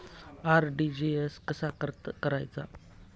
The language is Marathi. आर.टी.जी.एस कसा करायचा?